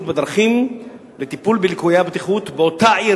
בדרכים לטיפול בליקויי הבטיחות באותה עיר,